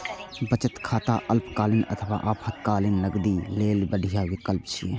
बचत खाता अल्पकालीन अथवा आपातकालीन नकदी लेल बढ़िया विकल्प छियै